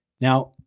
now